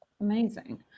amazing